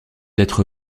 être